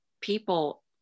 people